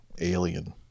Alien